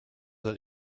that